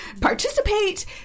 participate